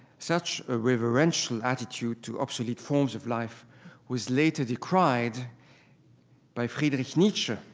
such a reverential attitude to obsolete forms of life was later decried by friedrich nietzsche.